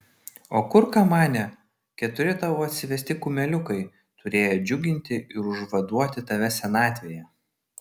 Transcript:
o kur kamane keturi tavo atsivesti kumeliukai turėję džiuginti ir užvaduoti tave senatvėje